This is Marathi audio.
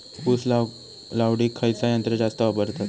ऊस लावडीक खयचा यंत्र जास्त वापरतत?